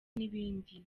n’ibindi